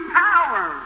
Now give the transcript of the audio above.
power